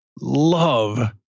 love